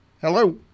Hello